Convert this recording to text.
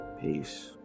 peace